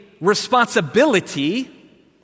responsibility